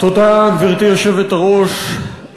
גברתי היושבת-ראש,